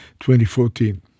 2014